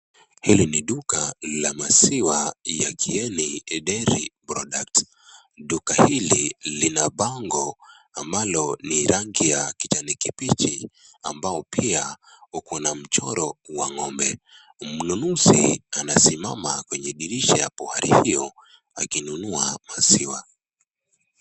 Hili ni duka la maziwa ya Kieni Dairy Product, duka hili lina bango ambalo ni rangi ya kijani kibichi ambao pia uko na mchoro wa ng'ombe. Mnunuzi anasimama kwenye dirisha hapo alivyo akinunua maziwa.